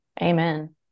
Amen